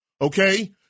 Okay